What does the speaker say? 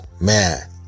Man